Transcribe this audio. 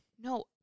No